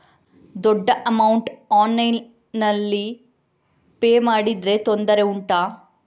ದೊಡ್ಡ ಅಮೌಂಟ್ ಆನ್ಲೈನ್ನಲ್ಲಿ ಪೇ ಮಾಡಿದ್ರೆ ತೊಂದರೆ ಉಂಟಾ?